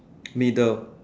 middle